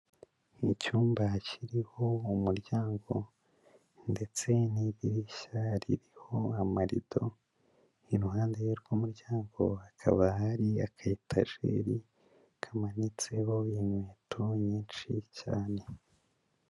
Icyumba kiriho umuryango ndetse n'idirishya ririho amarido, iruhande rw'umuryango hakaba hari aka etajeri kamanitseho inkweto nyinshi cyane.